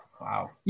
Wow